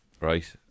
right